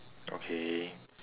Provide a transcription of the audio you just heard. okay